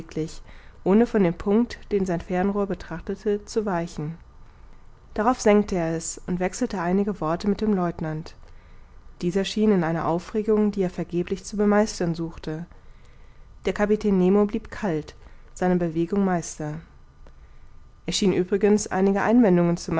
ohne von dem punkt den sein fernrohr betrachtete zu weichen darauf senkte er es und wechselte einige worte mit dem lieutenant dieser schien in einer aufregung die er vergeblich zu bemeistern suchte der kapitän nemo blieb kalt seiner bewegung meister er schien übrigens einige einwendungen